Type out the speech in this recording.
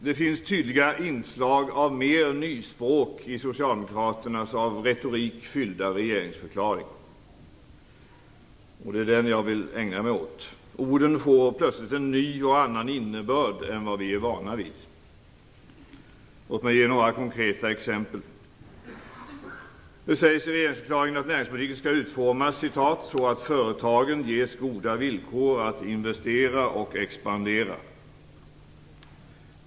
Det finns tydliga inslag av "nyspråk" i socialdemokraternas av retorik fyllda regeringsförklaring. Den vill jag nu ägna mig åt. Orden får plötsligt en ny och annan innebörd än vad vi är vana vid. Låt mig ge några konkreta exempel. Det sägs i regeringsförklaringen att näringspolitiken skall utformas "så att företagen ges goda villkor att investera och expandera".